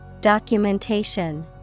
Documentation